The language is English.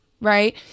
right